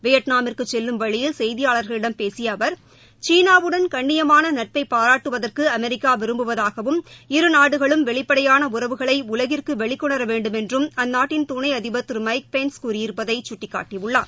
வியட்நாமிற்கு செல்லும் வழியில் செய்தியாளர்களிடம் பேசிய அவர் சீனாவுடன் கண்ணியமான நட்பை பாராட்டுவதற்கு அமெரிக்கா விரும்புவதாகவும் இரு நாடுகளும் வெளிப்படையான உறவுகளை உலகிற்கு வெளிக்கொணர வேண்டுமென்றும் அந்நாட்டின் துணை அதிபர் திரு மைக் பென்ஸ் கூறியிருப்பதை சுட்டிக்காட்டியுள்ளார்